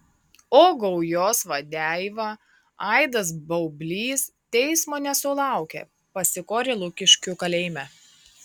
o gaujos vadeiva aidas baublys teismo nesulaukė pasikorė lukiškių kalėjime